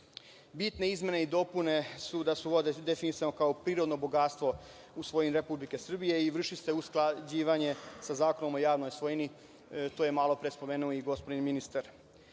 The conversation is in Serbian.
Bitne izmene i dopune su da su vode definisane kao prirodno bogatstvo u svojini Republike Srbije i vrši se u usklađivanje za Zakonom o javnoj svojini, što je malopre spomenuo i gospodin